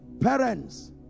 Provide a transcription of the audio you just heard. Parents